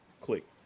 click